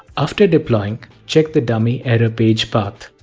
after deploying, check the dummy error page but